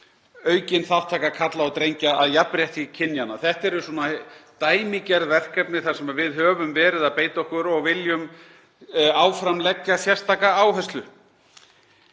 aukin þátttaka karla og drengja í jafnrétti kynjanna. Þetta eru dæmigerð verkefni þar sem við höfum verið að beita okkur og viljum áfram leggja sérstaka áherslu